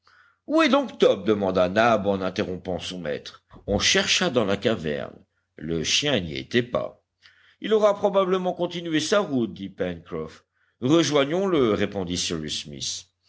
où est donc top demanda nab en interrompant son maître on chercha dans la caverne le chien n'y était pas il aura probablement continué sa route dit pencroff rejoignons le répondit cyrus smith